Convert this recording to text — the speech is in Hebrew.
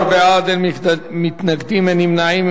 14 בעד, אין מתנגדים, אין נמנעים.